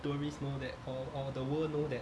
tourists know that or the world know that